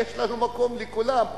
יש לנו מקום לכולם,